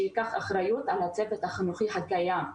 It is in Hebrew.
שייקח אחריות על הצוות החינוכי הקיים.